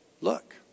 Look